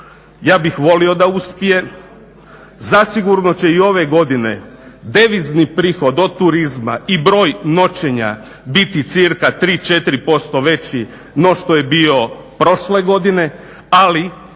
ja bih volio da uspije. Zasigurno će i ove godine devizni prihod od turizma i broj noćenja biti cirka 3, 4 % no što je bio prošle godine ali